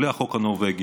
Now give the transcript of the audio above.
בלי החוק הנורבגי,